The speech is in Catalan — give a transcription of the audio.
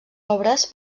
obres